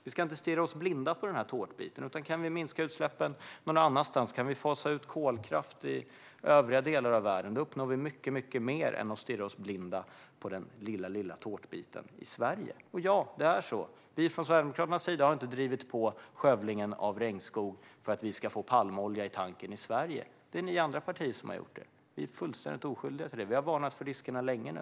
Vi ska inte stirra oss blinda på den här tårtbiten, utan kan vi minska utsläppen någon annanstans, till exempel fasa ut kolkraft i övriga delar av världen, uppnår vi mycket mer än om vi stirrar oss blinda på den lilla, lilla tårtbiten i Sverige. Vi från Sverigedemokraterna har inte drivit på skövlingen av regnskog för att vi ska få palmolja i tanken i Sverige. Det är ni andra partier som har gjort det. Vi är fullständigt oskyldiga till det, och vi har varnat för riskerna länge nu.